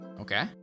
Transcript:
Okay